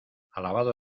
alabado